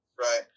Right